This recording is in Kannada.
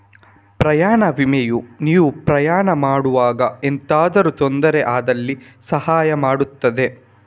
ಪ್ರಯಾಣ ವಿಮೆಯು ನೀವು ಪ್ರಯಾಣ ಮಾಡುವಾಗ ಎಂತಾದ್ರೂ ತೊಂದ್ರೆ ಆದಲ್ಲಿ ಸಹಾಯ ಮಾಡ್ತದೆ